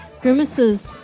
Grimace's